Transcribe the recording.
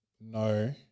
no